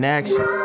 action